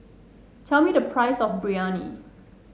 tell me the price of Biryani